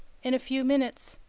in a few minutes,